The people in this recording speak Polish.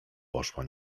poszła